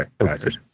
okay